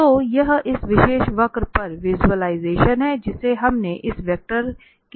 तो यह इस विशेष वक्र पर विज़ुअलाइज़ेशन है जिसे हमने इस वेक्टर के लिए देखा है